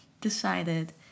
decided